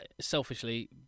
selfishly